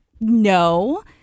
no